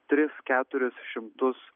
tris keturis šimtus